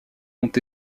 ont